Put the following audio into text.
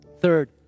Third